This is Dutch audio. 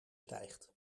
stijgt